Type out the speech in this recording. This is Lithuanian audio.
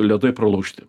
ledai pralaužti